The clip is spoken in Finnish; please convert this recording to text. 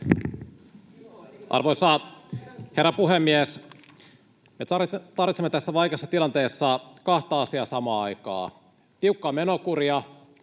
Arvoisa herra puhemies! Me tarvitsemme tässä vaikeassa tilanteessa kahta asiaa samaan aikaan: tiukkaa menokuria,